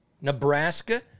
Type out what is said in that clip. Nebraska